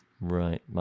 Right